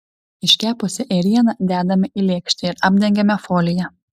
iškepusią ėrieną dedame į lėkštę ir apdengiame folija